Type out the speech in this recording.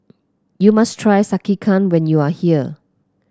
you must try Sekihan when you are here